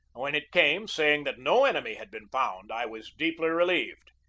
when it came, saying that no enemy had been found, i was deeply relieved.